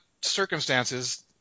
circumstances